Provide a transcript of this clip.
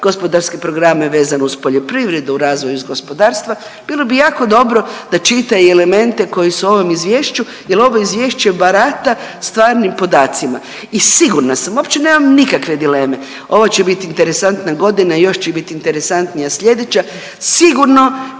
gospodarske programe vezano uz poljoprivredu, razvoj gospodarstva bilo bi jako dobro da čita i elemente koji su u ovom izvješću, jer ovo izvješće barata stvarnim podaci Ma. I sigurna sam, uopće nemam nikakve dileme ovo će biti interesantna godina i još će biti interesantnija sljedeća. Sigurno